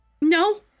No